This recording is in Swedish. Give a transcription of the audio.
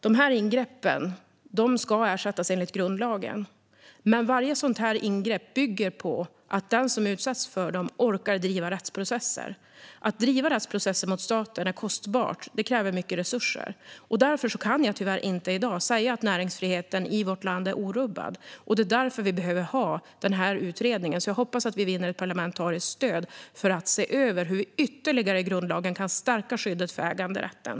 De här ingreppen ska ersättas enligt grundlagen, men det bygger på att den som utsätts för dem orkar driva rättsprocesser. Att driva rättsprocesser mot staten är kostsamt. Det kräver mycket resurser. Därför kan jag tyvärr inte i dag säga att näringsfriheten i vårt land är orubbad. Det är därför vi behöver ha den här utredningen. Jag hoppas att vi vinner ett parlamentariskt stöd för att vi ska se över hur vi i grundlagen ytterligare kan stärka skyddet för äganderätten.